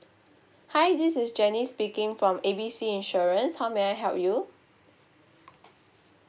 hi this is janice speaking from A B C insurance how may I help you